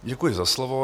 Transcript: Děkuji za slovo.